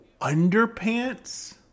underpants